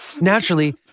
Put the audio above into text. Naturally